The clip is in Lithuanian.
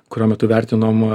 kurio metu vertinom